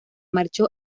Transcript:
marchó